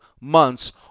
months